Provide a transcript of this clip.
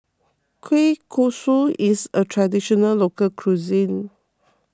Kueh Kosui is a Traditional Local Cuisine